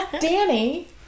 Danny